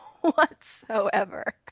Whatsoever